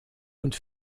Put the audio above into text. und